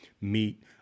meet